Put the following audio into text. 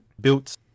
built